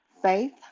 faith